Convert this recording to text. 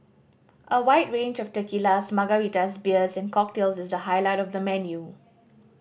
a wide range of tequilas margaritas beers and cocktails is the highlight of the menu